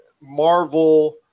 Marvel